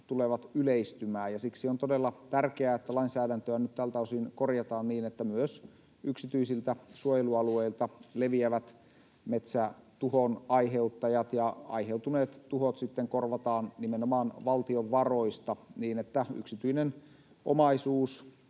tulevat yleistymään, siksi on todella tärkeää, että lainsäädäntöä nyt tältä osin korjataan niin, että myös yksityisiltä suojelualueilta leviävistä metsätuhon aiheuttajista aiheutuneet tuhot sitten korvataan nimenomaan valtion varoista, niin että yksityinen omaisuus,